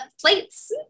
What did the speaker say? plates